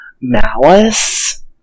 malice